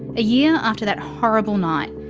a year after that horrible night